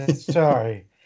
Sorry